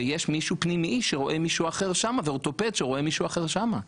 ויש גם מישהו פנימי שרואה מישהו אחר שם ואורתופד שרואה מישהו אחר שם.